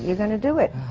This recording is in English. you're gonna do it.